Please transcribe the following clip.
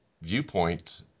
viewpoint